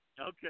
okay